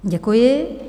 Děkuji.